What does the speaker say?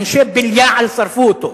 אנשי בליעל שרפו אותו.